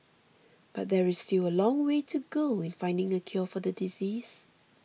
but there is still a long way to go in finding a cure for the disease